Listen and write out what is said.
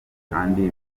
kandi